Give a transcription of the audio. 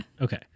Okay